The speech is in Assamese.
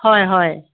হয় হয়